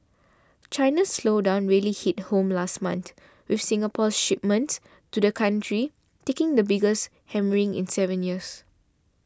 China's slowdown really hit home last month with Singapore's shipments to the country taking the biggest hammering in seven years